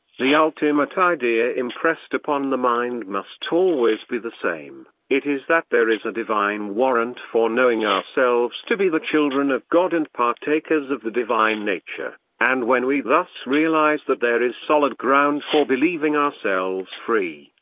the ultimate idea impressed upon the mind must always be the same it is that there is a divine warrant for knowing ourselves to be the children of god and partakers of the divine nature and when we thus realise that there is solid ground for believing ourselves free,